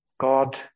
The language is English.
god